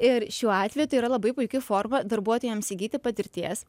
ir šiuo atveju tai yra labai puiki forma darbuotojams įgyti patirties